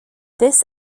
this